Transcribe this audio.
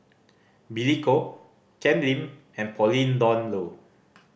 Billy Koh Ken Lim and Pauline Dawn Loh